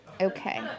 Okay